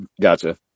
Gotcha